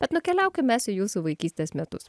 bet nukeliaukim mes į jūsų vaikystės metus